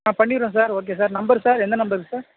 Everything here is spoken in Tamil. ஆ பண்ணிடுவேன் sir okay sir number sir எந்த நம்பருக்கு சார்